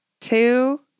Two